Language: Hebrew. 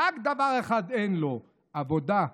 רק דבר אחד אין לו, עבודה.